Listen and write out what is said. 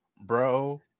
bro